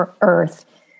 earth